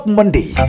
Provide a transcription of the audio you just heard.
Monday